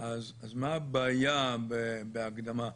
אז מה הבעיה בהקדמה?